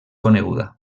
coneguda